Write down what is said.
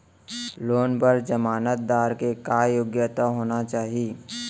Loan बर जमानतदार के का योग्यता होना चाही?